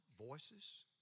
voices